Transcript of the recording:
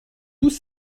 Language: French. tous